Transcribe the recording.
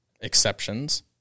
exceptions